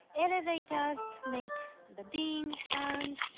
elevators make the ding sound.